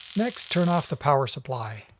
next, turn off the power supply.